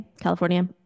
California